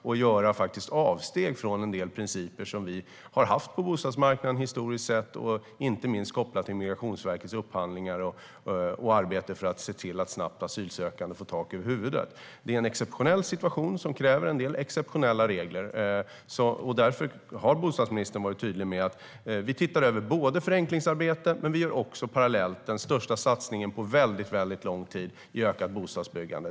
Då får vi göra avsteg från en del principer som vi har haft på bostadsmarknaden historiskt sett, inte minst kopplat till Migrationsverkets upphandlingar och arbete för att se till att asylsökande snabbt får tak över huvudet. Det är en exceptionell situation som kräver en del exceptionella regler, och därför har bostadsministern varit tydlig med att vi både ser över förenklingsarbeten och parallellt gör den största satsningen på väldigt lång tid på ökat bostadsbyggande.